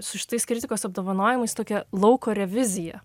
su šitais kritikos apdovanojimais tokia lauko revizija